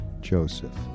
joseph